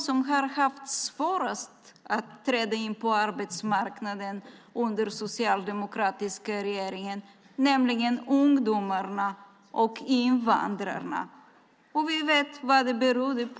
som har haft svårast att träda in på arbetsmarknaden under den socialdemokratiska regeringen, nämligen ungdomarna och invandrarna. Vi vet vad det berodde på.